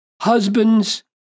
husbands